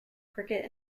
cricket